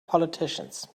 politicians